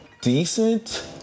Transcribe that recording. decent